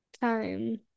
time